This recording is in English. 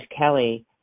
Kelly